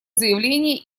заявление